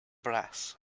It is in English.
brass